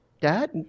dad